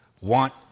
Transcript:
want